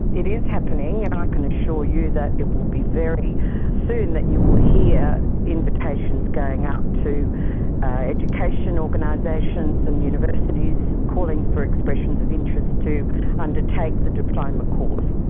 it is happening and i can assure you that it will be very soon that you will hear invitations going out to education organisations and universities calling for expressions of interest to undertake the diploma course.